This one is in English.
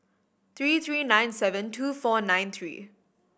three three nine seven two four nine three